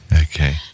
Okay